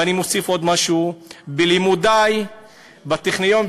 ואני מוסיף עוד משהו: בלימודַי בטכניון,